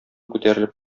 күтәрелеп